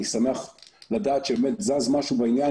אני שמח לדעת שבאמת זז משהו בעניין,